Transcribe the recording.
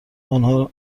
آنها